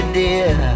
dear